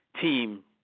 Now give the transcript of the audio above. team